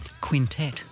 quintet